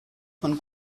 von